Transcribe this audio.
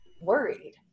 worried